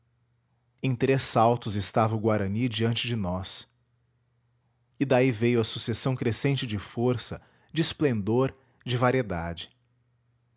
três saltos estava o guarani diante de nós e daí veio a sucessão crescente de força de esplendor de variedade